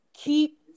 keep